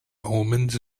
omens